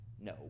No